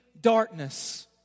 darkness